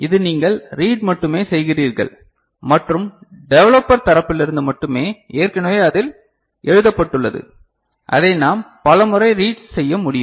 இது நீங்கள் ரீட் மட்டுமே செய்கிறீர்கள் மற்றும் டெவலப்பர் தரப்பிலிருந்து மட்டுமே ஏற்கனவே அதில் எழுதப்பட்டுள்ளது அதை நாம் பல முறை ரீட் செய்ய முடியும்